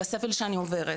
לסבל שאני עוברת,